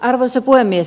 arvoisa puhemies